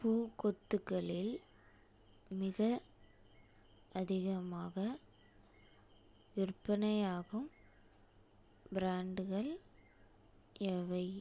பூக்கொத்துகளில் மிக அதிகமாக விற்பனையாகும் பிராண்ட்டுகள் எவை